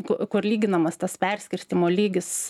ku kur lyginamas tas perskirstymo lygis